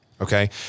Okay